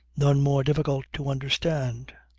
none more difficult to understand.